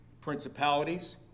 Principalities